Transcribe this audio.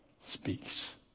speaks